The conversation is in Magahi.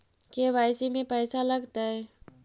के.वाई.सी में पैसा लगतै?